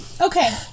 okay